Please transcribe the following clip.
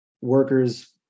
workers